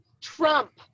Trump